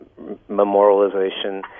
memorialization